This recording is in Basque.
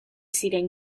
ziren